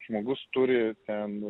žmogus turi ten